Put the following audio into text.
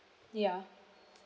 ya